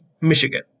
Michigan